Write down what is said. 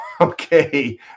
Okay